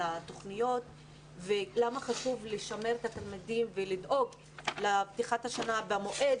על התוכניות ולמה חשוב לשמר את התלמידים ולדאוג לפתיחת השנה במועד.